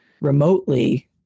remotely